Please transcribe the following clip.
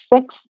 six